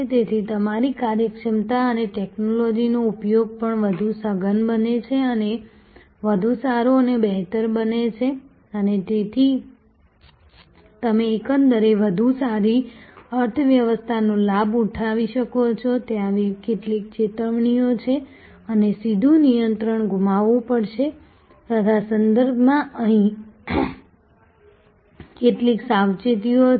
તેથી તમારી કાર્યક્ષમતા અને ટેક્નોલોજીનો ઉપયોગ પણ વધુ સઘન બને છે અને વધુ સારો અને બહેતર બને છે અને તેથી તમે એકંદરે વધુ સારી અર્થવ્યવસ્થાનો લાભ ઉઠાવી શકો છો ત્યાં કેટલીક ચેતવણીઓ છે અને સીધું નિયંત્રણ ગુમાવવું પડશે તેના સંદર્ભમાં અહીં કેટલીક સાવચેતીઓ છે